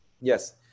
Yes